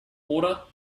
order